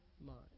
mind